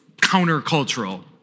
counter-cultural